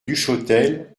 duchotel